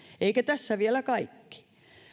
eikä tässä vielä kaikki